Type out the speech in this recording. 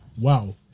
wow